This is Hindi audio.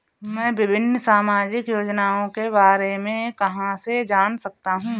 मैं विभिन्न सामाजिक योजनाओं के बारे में कहां से जान सकता हूं?